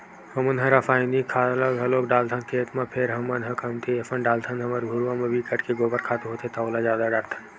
हमन ह रायसायनिक खाद ल घलोक डालथन खेत म फेर हमन ह कमती असन डालथन हमर घुरूवा म बिकट के गोबर खातू होथे त ओला जादा डारथन